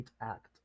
act